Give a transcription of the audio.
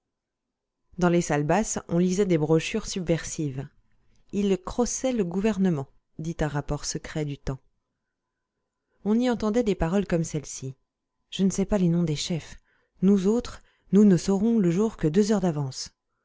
dans les salles basses on lisait des brochures subversives ils crossaient le gouvernement dit un rapport secret du temps on y entendait des paroles comme celles-ci je ne sais pas les noms des chefs nous autres nous ne saurons le jour que deux heures d'avance